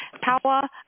power